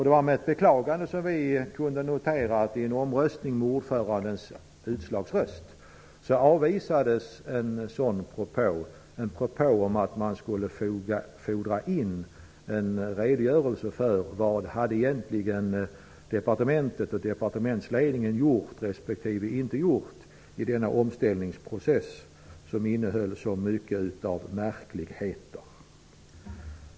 Det var med ett beklagande som vi kunde notera att vid en omröstning avvisades med ordförandens utslagsröst en propå om att man skulle infordra en redogörelse för vad som egentligen departementet och departementsledningen hade gjort respektive inte gjort i denna omställningsprocess, som innehöll så mycket av märkligheter.